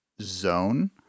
Zone